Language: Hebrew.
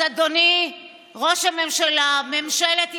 אז אדוני ראש הממשלה, ממשלת ישראל,